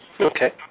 Okay